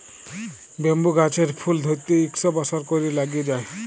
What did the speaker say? bamboo গাহাচের ফুল ধ্যইরতে ইকশ বসর ক্যইরে ল্যাইগে যায়